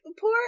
poor